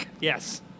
Yes